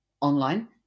online